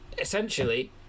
Essentially